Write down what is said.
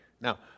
Now